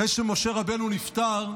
אחרי שמשה רבנו נפטר,